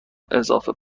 اضافه